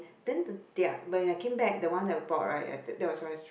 then the their when I came back the one that we bought right at the that was always